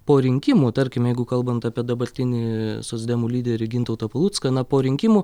po rinkimų tarkim jeigu kalbant apie dabartinį socdemų lyderį gintautą palucką na po rinkimų